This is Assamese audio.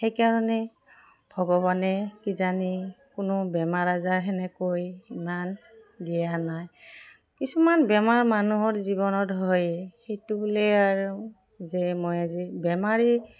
সেইকাৰণে ভগৱানে কিজানি কোনো বেমাৰ আজাৰ তেনেকৈ ইমান দিয়া নাই কিছুমান বেমাৰ মানুহৰ জীৱনত হয়েই সেইটো বুলিই আৰু যে মই আজি বেমাৰী